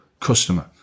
customer